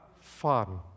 fun